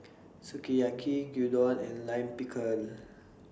Sukiyaki Gyudon and Lime Pickle